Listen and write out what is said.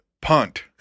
Punt